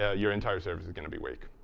ah your entire service is going to be weak.